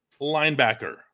linebacker